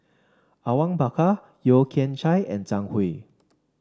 Awang Bakar Yeo Kian Chai and Zhang Hui